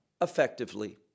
effectively